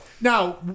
Now